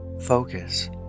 focus